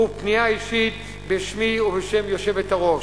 פנייה אישית בשמי ובשם היושבת-ראש.